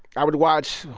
i would watch,